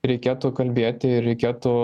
reikėtų kalbėti ir reikėtų